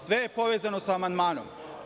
Sve je povezano sa amandmanom.